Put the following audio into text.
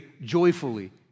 joyfully